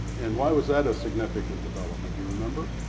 and why was that a significant development? do you remember?